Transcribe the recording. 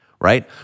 right